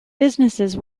businesses